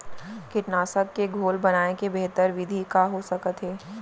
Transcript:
कीटनाशक के घोल बनाए के बेहतर विधि का हो सकत हे?